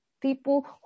People